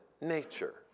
nature